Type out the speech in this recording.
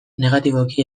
negatiboki